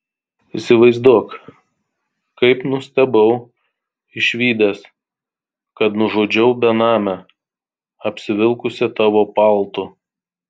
įsivaizduok kaip nustebau išvydęs kad nužudžiau benamę apsivilkusią tavo paltu